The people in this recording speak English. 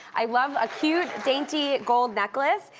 i love a cute, dainty, gold necklace,